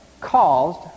caused